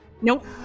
Nope